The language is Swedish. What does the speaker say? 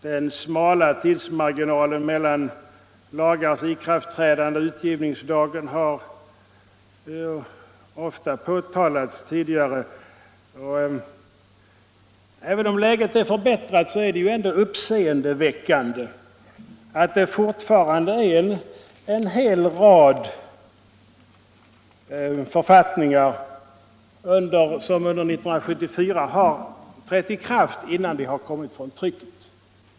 Den smala tidsmarginalen mellan lagars ikraftträdande och utgivningsdagen har ofta påtalats tidigare. Även om läget nu har förbättrats, är det uppseendeväckande att fortfarande en hel rad författningar under 1974 har trätt i kraft redan innan de utkommit från trycket.